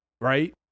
right